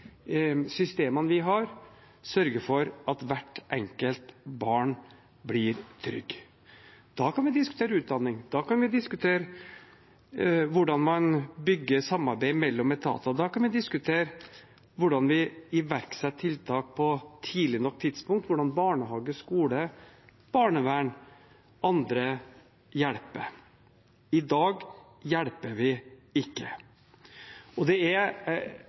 systemene vi har, skal sørge for at hvert enkelt barn blir trygt. Da kan vi diskutere utdanning, da kan vi diskutere hvordan man bygger samarbeid mellom etater, da kan vi diskutere hvordan vi iverksetter tiltak på et tidlig nok tidspunkt, hvordan barnehage, skole, barnevern og andre hjelper. I dag hjelper vi ikke. Som interpellanten sier, er